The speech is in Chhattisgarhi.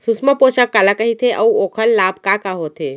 सुषमा पोसक काला कइथे अऊ ओखर लाभ का का होथे?